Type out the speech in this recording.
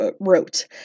wrote